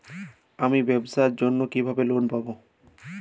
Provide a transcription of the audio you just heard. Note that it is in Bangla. আমি ব্যবসার জন্য কিভাবে লোন পাব?